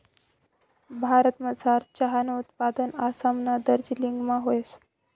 भारतमझार चहानं उत्पादन आसामना दार्जिलिंगमा व्हस